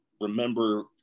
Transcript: remember